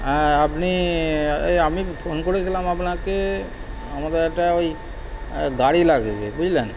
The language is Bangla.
হ্যাঁ আপনি এই আমি ফোন করেছিলাম আপনাকে আমার একটা ওই গাড়ি লাগবে বুঝলেন